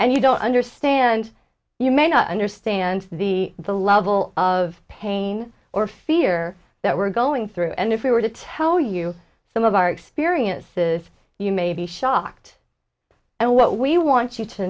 and you don't understand you may not understand the the level of pain or fear that we're going through and if we were to tell you some of our experiences you may be shocked and what we want you to